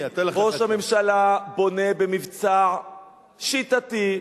ראש הממשלה בונה במבצע שיטתי,